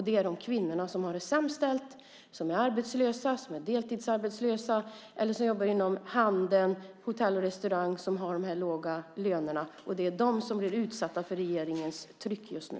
Det är de kvinnor som har det sämst ställt, är arbetslösa, deltidsarbetslösa eller jobbar inom handel, hotell eller restaurang där man har låga löner som blir utsatta för regeringens tryck just nu.